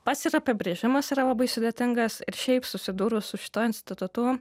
pats ir apibrėžimas yra labai sudėtingas ir šiaip susidūrus su šituo institutu